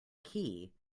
key